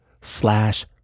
slash